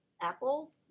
Apple